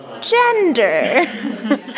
Gender